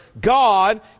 God